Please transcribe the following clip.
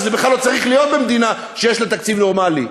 שזה בכלל לא צריך להיות במדינה שיש לה תקציב נורמלי,